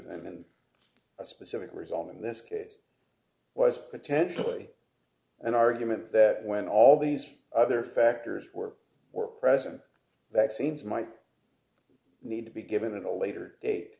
than and a specific result in this case was potentially an argument that when all these other factors were were present vaccines might need to be given in a later date